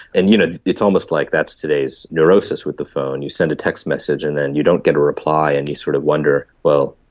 and you know it's almost like that's today's neurosis with the phone you send a text message and then you don't get a reply and you sort of wonder, well,